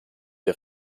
der